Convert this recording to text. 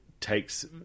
takes